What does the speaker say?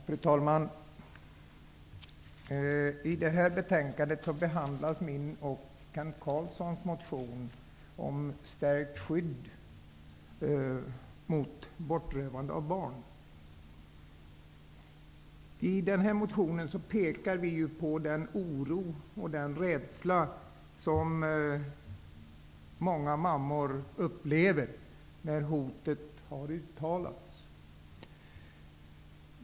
Fru talman! I detta betänkande behandlas min och Kent Carlssons motion om stärkt skydd mot bortrövande av barn. I motionen pekar vi på den oro och rädsla som många mammor upplever när hotet har uttalats.